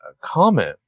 comment